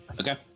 Okay